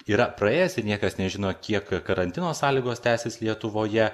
yra praėjęs ir niekas nežino kiek karantino sąlygos tęsis lietuvoje